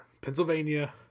Pennsylvania